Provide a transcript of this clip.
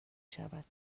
شود